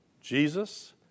Jesus